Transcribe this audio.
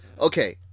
okay